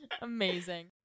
amazing